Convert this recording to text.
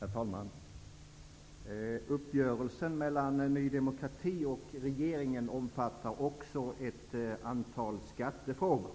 Herr talman! Uppgörelsen mellan Ny demokrati och regeringen omfattar också ett antal skattefrågor.